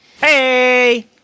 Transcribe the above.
Hey